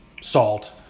salt